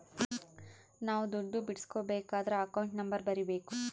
ನಾವ್ ದುಡ್ಡು ಬಿಡ್ಸ್ಕೊಬೇಕದ್ರ ಅಕೌಂಟ್ ನಂಬರ್ ಬರೀಬೇಕು